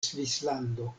svislando